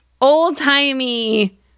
old-timey